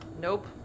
Nope